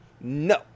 no